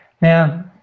Now